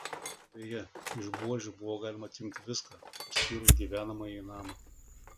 beje iš buožių buvo galima atimti viską išskyrus gyvenamąjį namą